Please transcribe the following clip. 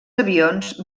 avions